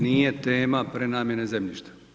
Nije tema prenamjene zemljišta.